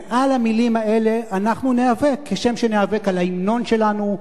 ועל המלים האלה אנחנו ניאבק כשם שניאבק על ההמנון שלנו,